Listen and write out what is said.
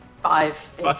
Five